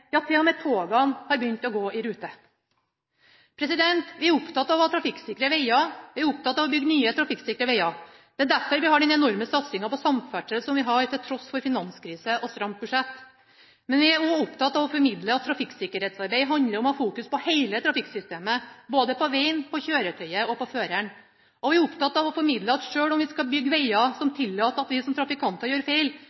ja, til og med togene har begynt å gå i rute. Vi er opptatt av å ha trafikksikre veger; vi er opptatt av å bygge nye, trafikksikre veger. Det er derfor vi har den enorme satsinga på samferdsel som vi har, til tross for finanskrise og et stramt budsjett. Men vi er også opptatt av å formidle at trafikksikkerhetsarbeid handler om å fokusere på hele trafikksystemet, både på vegen, på kjøretøyet og på føreren. Vi er opptatt av å formidle at selv om vi skal bygge veger som